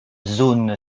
zone